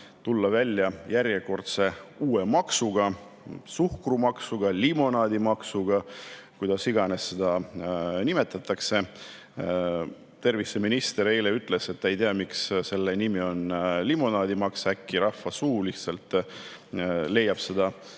tulla välja järjekordse maksuga, [milleks on] suhkrumaks, limonaadimaks, kuidas iganes seda nimetatakse. Terviseminister ütles eile, et ta ei tea, miks selle nimi on limonaadimaks, äkki rahvasuu lihtsalt leiab selle